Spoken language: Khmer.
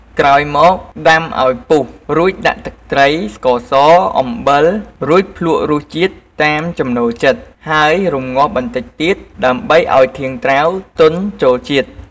ក្រោយមក ដាំឱ្យពុះ រួចដាក់ទឹកត្រី ស្ករស អំបិល រួចភ្លក្សរសជាតិតាមចំណូលចិត្ត ហើយរម្ងាស់បន្តិចទៀត ដើម្បីឱ្យធាងត្រាវទន់ចូលជាតិ។